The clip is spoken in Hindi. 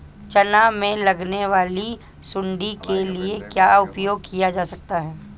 चना में लगने वाली सुंडी के लिए क्या उपाय किया जा सकता है?